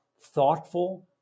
thoughtful